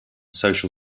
social